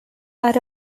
are